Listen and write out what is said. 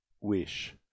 wish